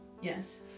Yes